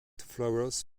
flowers